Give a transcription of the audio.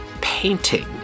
painting